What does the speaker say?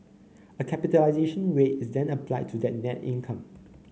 a capitalisation rate is then applied to that net income